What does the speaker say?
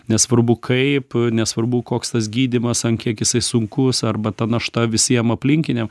nesvarbu kaip nesvarbu koks tas gydymas ant kiek jisai sunkus arba ta našta visiem aplinkiniam